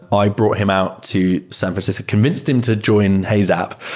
i brought him out to san francisco. convinced him to join heyzap.